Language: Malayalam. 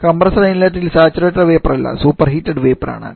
കംപ്രസർ ഇൻലെറ്റ്ൽ സാച്ചുറേറ്റഡ് വേപ്പർ അല്ല സൂപ്പർഹീറ്റ്ഡ് വേപ്പർ ആണ്